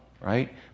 right